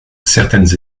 certaines